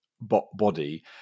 body